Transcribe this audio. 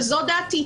וזו דעתי,